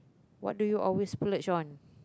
what do you always splash on